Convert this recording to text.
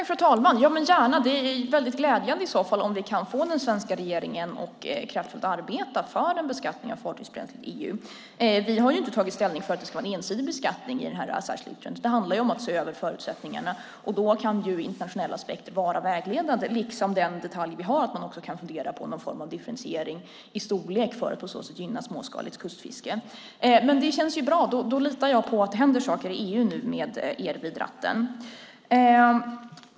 Fru talman! Gärna! Det är väldigt glädjande om vi kan få den svenska regeringen att kraftfullt arbeta för en beskattning av fartygsbränsle i EU. Vi har inte tagit ställning för att det ska vara en ensidig beskattning, utan det handlar om att se över förutsättningarna. Då kan internationella aspekter vara vägledande, liksom den detalj vi har att man också kan fundera på någon form av differentiering i storlek för att på så sätt gynna småskaligt kustfiske. Men det känns bra; då litar jag på att det nu händer saker i EU med er vid ratten.